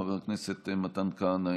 חבר הכנסת מתן כהנא,